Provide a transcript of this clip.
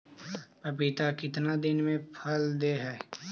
पपीता कितना दिन मे फल दे हय?